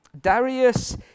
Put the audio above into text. darius